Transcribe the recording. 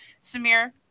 Samir